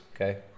Okay